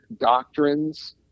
doctrines